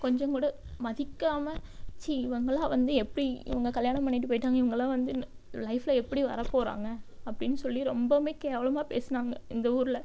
கொஞ்சம் கூட மதிக்காமல் சி இவங்களாக வந்து எப்படி இவங்க கல்யாணம் பண்ணிட்டு போய்ட்டாங்க இவங்களா வந்து ந லைஃப்ல எப்படி வரப் போகிறாங்க அப்படின் சொல்லி ரொம்பவுமே கேவலமாக பேசுனாங்க இந்த ஊர்ல